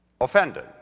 offended